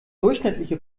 durchschnittliche